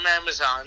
amazon